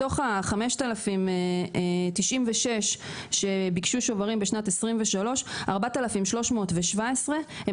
מתוך ה-5,096 שביקשו שוברים בשנת 2023 4,317 הם